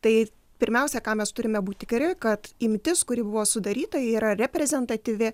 tai pirmiausia ką mes turime būt tikri kad imtis kuri buvo sudaryta ji yra reprezentatyvi